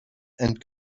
and